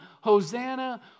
Hosanna